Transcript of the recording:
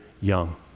young